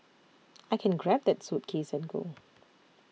I can grab that suitcase and go